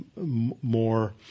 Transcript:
more